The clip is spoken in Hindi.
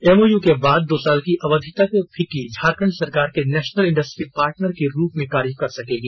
एमओय के उपरांत दो साल की अवधि तक फिक्की झारखंड सरकार के नेशनल इंडस्ट्री पार्टनर के रूप में कार्य कर सकेगी